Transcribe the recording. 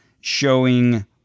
showing